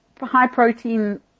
high-protein